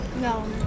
No